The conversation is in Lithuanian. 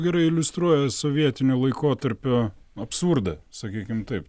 gerai iliustruoja sovietinio laikotarpio absurdą sakykim taip